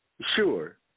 Sure